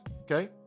Okay